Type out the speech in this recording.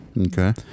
okay